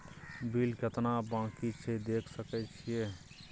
Bill केतना बाँकी छै देख सके छियै?